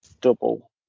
double